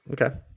Okay